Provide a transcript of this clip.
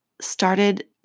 started